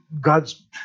God's